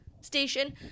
station